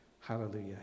Hallelujah